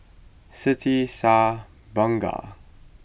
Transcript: Siti Shah Bunga